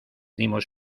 dimos